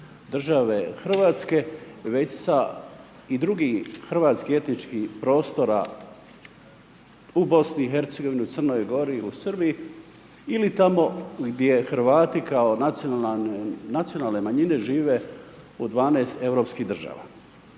države Hrvatske, već i sa drugih hrvatskih etičnih prostora u BIH, u Crnoj Gori, u Srbiji ili tamo gdje Hrvati, kao nacionalne manjine žive u 12 europskih država.